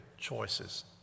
choices